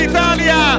Italia